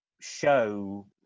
show